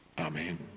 Amen